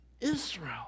Israel